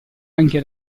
anche